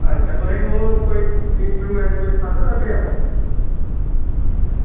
अच्छा तुसें ओह् कोई इंस्ट्रूमेंट कोई सखांदे तुसें बजाना